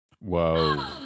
Whoa